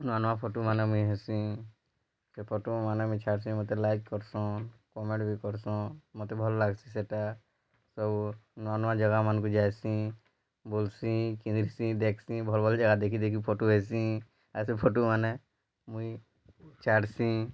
ନୂଆ ନୂଆ ଫଟୋମାନେ ମୁଇଁ ହେସି ସେ ଫଟୋମାନେ ମୁଇଁ ଛାଡ଼୍ସି ମୋତେ ଲାଇକ୍ କରସନ୍ କମେଣ୍ଟ ବି କରସନ୍ ମୋତେ ଭଲ୍ ଲାଗ୍ସି ସେଇଟା ସବୁ ନୂଆ ନୂଆ ଜାଗା ମାନକୁ ଯାଏସିଁ ବୋଲ୍ସି କିନ୍ସି ଦେଖ୍ସି ଭଲ୍ ଭଲ୍ ଜାଗା ଦେଖି ଦେଖି ଫଟୋ ହେସିଁ ଆର ସେ ଫଟୁମାନେ ମୁଇଁ ଛାଡ଼୍ସିଁ